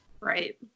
Right